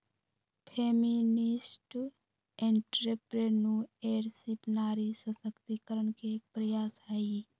feminist entrepreneurship नारी सशक्तिकरण के एक प्रयास हई